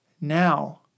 now